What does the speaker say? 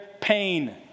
pain